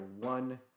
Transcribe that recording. one